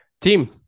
Team